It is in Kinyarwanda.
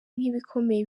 nk’ibikomeye